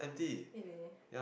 really